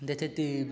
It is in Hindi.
जैसे कि